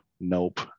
Nope